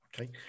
Okay